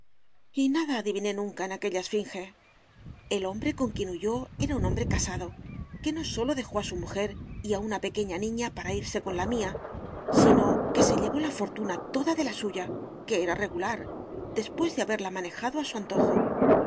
y nada adiviné nunca en aquella esfinge el hombre con quien huyó era un hombre casado que no sólo dejó a su mujer y a una pequeña niña para irse con la mía sino que se llevó la fortuna toda de la suya que era regular después de haberla manejado a su antojo